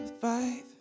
five